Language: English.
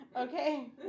Okay